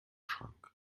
schrank